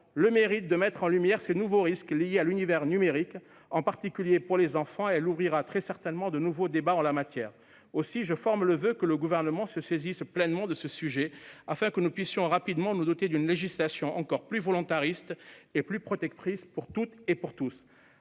mérite de mettre en lumière ces nouveaux risques liés à l'univers numérique, en particulier pour les enfants, et elle ouvrira certainement de nouveaux débats en la matière. Aussi, je forme le voeu que le Gouvernement se saisisse pleinement de ce sujet afin que nous puissions rapidement nous doter d'une législation encore plus volontariste et plus protectrice pour toutes et pour tous.